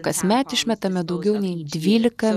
kasmet išmetame daugiau nei dvylika